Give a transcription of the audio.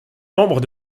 membre